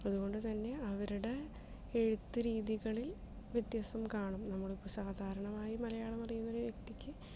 അതു കൊണ്ട് തന്നെ അവരുടെ എഴുത്ത് രീതികളിൽ വ്യത്യാസം കാണും നമ്മൾ ഇപ്പോൾ സാധാരണമായി മലയാളം അറിയുന്ന ഒരു വ്യക്തിക്ക്